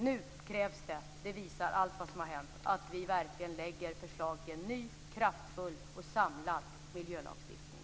Nu krävs det - det visar allt vad som har hänt - att vi verkligen lägger fram förslag till en ny kraftfull och samlad miljölagstiftning.